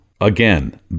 again